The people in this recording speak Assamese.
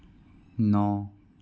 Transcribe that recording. ন